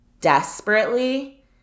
desperately